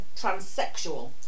transsexual